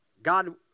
God